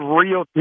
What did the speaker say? real